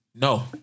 No